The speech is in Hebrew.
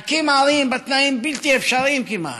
להקים ערים בתנאים בלתי אפשריים כמעט,